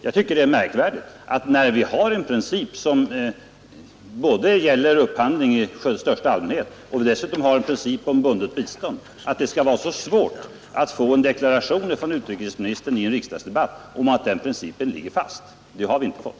Jag tycker det är märkvärdigt, när vi har en princip som gäller upphandling i allmänhet och vi dessutom har en princip om obundet bistånd, att det skall vara så svårt att i den här riksdagsdebatten få en deklaration från utrikesministern om att dessa principer ligger fast. Det har vi inte fått.